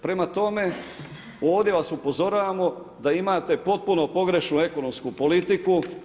Prema tome, ovdje vas upozoravamo, da imate potpuno pogrešnu ekonomsku politiku.